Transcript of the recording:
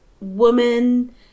woman